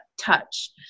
touch